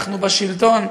אנחנו בשלטון.